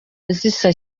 zisa